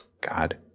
God